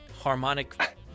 harmonic